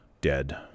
dead